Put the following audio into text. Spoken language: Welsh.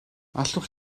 allwch